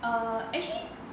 err actually